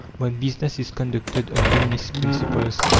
when business is conducted on communist principles,